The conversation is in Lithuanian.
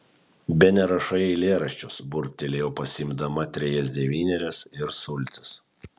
bene rašai eilėraščius burbtelėjau pasiimdama trejas devynerias ir sultis